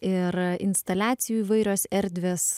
ir instaliacijų įvairios erdvės